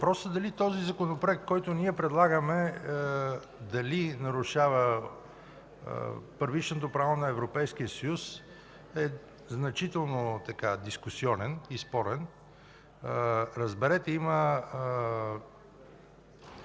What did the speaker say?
Въпросът дали този Законопроект, който ние предлагаме, нарушава първичното право на Европейския съюз, е значително дискусионен и спорен. Разберете, има